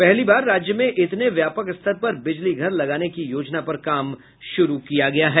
पहली बार राज्य में इतने व्यापक स्तर पर बिजली घर लगाने की योजना पर काम शुरू किया गया है